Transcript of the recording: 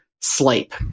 sleep